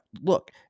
look